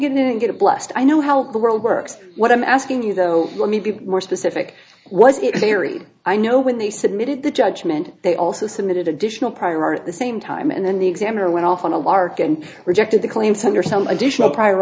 get in and get a blast i know how the world works what i'm asking you though let me be more specific was the very i know when they submitted the judgment they also submitted additional prior art at the same time and then the examiner went off on a lark and rejected the claims under some additional prior